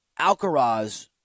Alcaraz